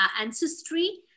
ancestry